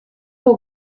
wol